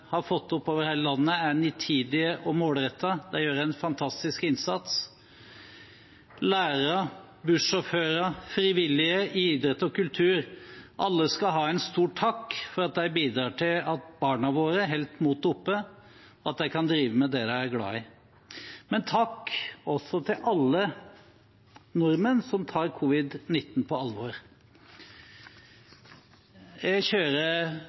har fått oppover hele landet, er nitide og målrettede. De gjør en fantastisk innsats. Lærere, bussjåfører, frivillige, folk innen idrett og kultur – alle skal ha en stor takk for at de bidrar til at barna våre holder motet oppe og kan drive med det de er glad i. Takk også til alle nordmenn som tar covid-19 på alvor. Jeg kjører